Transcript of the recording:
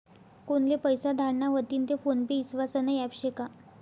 कोनले पैसा धाडना व्हतीन ते फोन पे ईस्वासनं ॲप शे का?